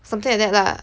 something like that lah